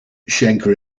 schenker